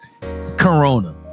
corona